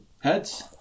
Heads